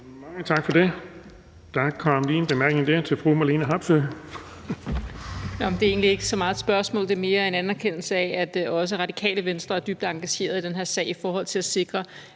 Mange tak for det. Der kom lige et ønske om en bemærkning fra fru Marlene Harpsøe. Kl. 18:39 Marlene Harpsøe (DD): Det er egentlig ikke så meget et spørgsmål, men mere en anerkendelse af, at også Radikale Venstre er dybt engageret i den her sag i forhold til at sikre,